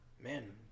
Man